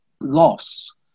loss